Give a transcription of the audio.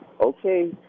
Okay